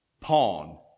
Pawn